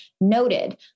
noted